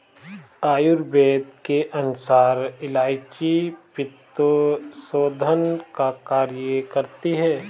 आयुर्वेद के अनुसार इलायची पित्तशोधन का कार्य करती है